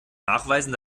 nachweisen